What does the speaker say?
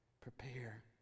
prepare